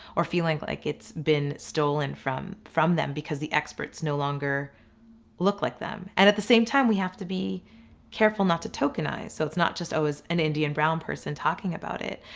or feeling like it's been stolen from from them, because the experts no longer look like them. and at the same time we have to be careful not to tokenize, so it's not just always an indian brown person talking about it,